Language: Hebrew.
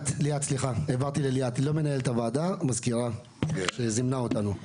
העברתי לליאת, למזכירת הוועדה שזימנה אותנו.